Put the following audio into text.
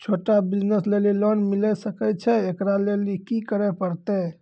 छोटा बिज़नस लेली लोन मिले सकय छै? एकरा लेली की करै परतै